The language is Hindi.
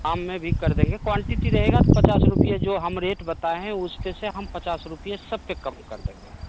आम में भी कर देंगे क्वानटिटी रहेगा तो पचास रुपये जो हम रेट बताए हैं उसमें से हम पचास रुपये सब पर कम कर देंगे